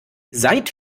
seit